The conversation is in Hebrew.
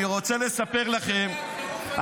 אני רוצה לספר לכם, חירוף הנפש.